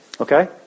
Okay